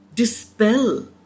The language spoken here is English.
dispel